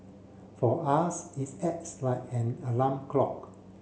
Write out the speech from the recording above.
for us its acts like an alarm clock